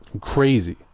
crazy